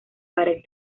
pared